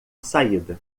saída